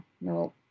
no